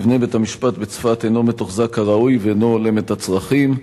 מבנה בית-המשפט בצפת אינו מתוחזק כראוי ואינו הולם את הצרכים.